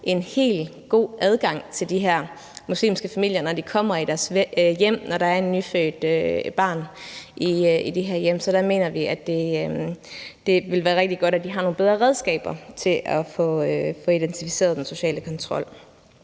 en helt god adgang til de her muslimske familier, når de kommer i deres hjem, når der er et nyfødt barn i det her hjem. Så der mener vi, at det vil være rigtig godt, at de har nogle bedre redskaber til at få identificeret den sociale kontrol.